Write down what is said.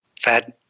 fat